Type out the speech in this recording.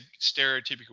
stereotypical